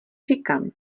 říkám